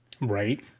Right